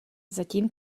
zatím